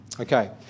Okay